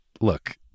look